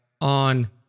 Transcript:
on